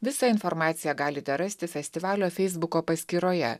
visą informaciją galite rasti festivalio feisbuko paskyroje